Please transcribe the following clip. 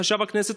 לחשב הכנסת,